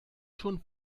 schon